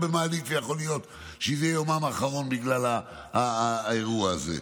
במעלית ויכול להיות שזה יומם האחרון בגלל האירוע הזה.